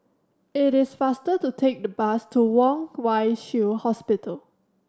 it is faster to take the bus to Kwong Wai Shiu Hospital